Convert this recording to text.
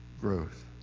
growth